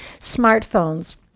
smartphones